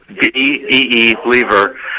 B-E-E-Lever